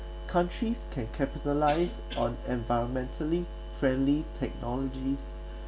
countries can capitalise on environmentally friendly technologies